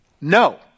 No